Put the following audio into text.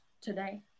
today